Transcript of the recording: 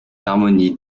harmonies